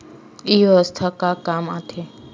ई व्यवसाय का काम आथे?